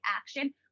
action